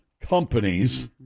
companies